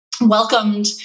welcomed